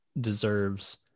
deserves